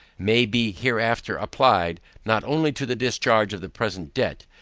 may be hereafter applied, not only to the discharge of the present debt,